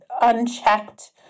unchecked